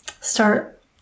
start